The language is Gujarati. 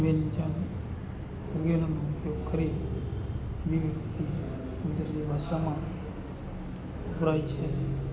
વ્યંજન વગેરેનો ઉપયોગ કરી અને એ ગુજરાતી ભાષામાં વપરાય છે